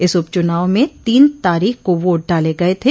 इस उप चुनाव में तीन तारीख को वोट डाले गये थे